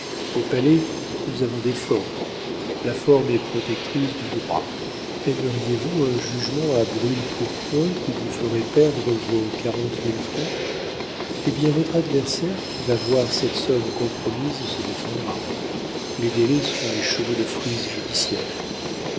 au palais nous avons des formes la forme est protectrice du droit aimeriez vous un jugement à brûle-pourpoint qui vous ferait perdre vos quarante mille francs eh bien votre adversaire qui va voir cette somme compromise se défendra les délais sont les chevaux de frise judiciaires